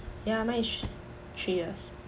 ya mine is three years